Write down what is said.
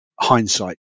hindsight